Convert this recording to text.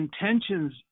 intentions